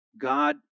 God